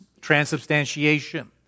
transubstantiation